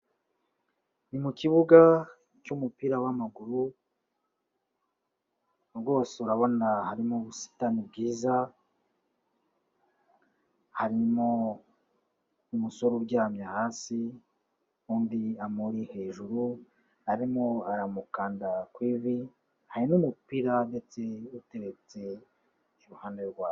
Ni mu kibuga cy'umupira w'amaguru, rwose urabona harimo ubusitani bwiza, harimo umusore uryamye hasi undi amuri hejuru arimo aramukanda ku ivi, hari n'umupira ndetse uteretse iruhande rwabo.